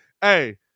hey